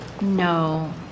No